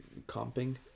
Comping